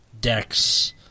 decks